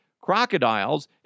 crocodiles